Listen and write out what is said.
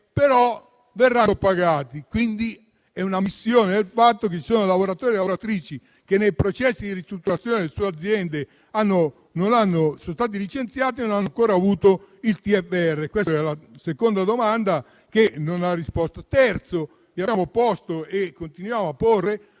ma verranno pagati. Questa è un'ammissione del fatto che ci sono lavoratori e lavoratrici che nei processi di ristrutturazione delle sue aziende sono stati licenziati e non hanno ancora avuto il TFR. Questa è una seconda domanda a cui non ha risposto. In terzo luogo, le abbiamo chiesto e continuiamo a